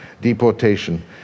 deportation